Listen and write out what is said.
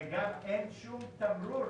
וגם אין שום תמרור